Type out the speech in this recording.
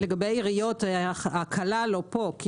לגבי עיריות, הכלה לא פה.